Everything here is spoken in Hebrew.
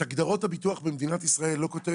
את הגדרות הביטוח במדינת ישראל לא כותב,